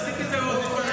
עשיתי את זה עוד לפניך.